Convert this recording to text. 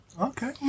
Okay